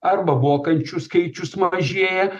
arba mokančių skaičius mažėja